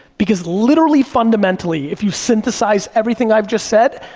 because literally, fundamentally, if you synthesize everything i've just said,